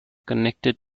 connected